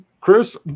Chris